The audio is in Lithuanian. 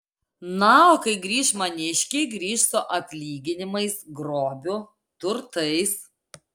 na o kai grįš maniškiai grįš su atlyginimais grobiu turtais